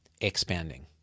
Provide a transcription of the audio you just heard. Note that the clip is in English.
expanding